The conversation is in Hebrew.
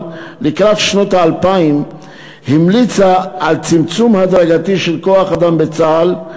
לקראת שנות האלפיים המליצה על צמצום הדרגתי של כוח-אדם בצה"ל,